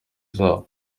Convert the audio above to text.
zabo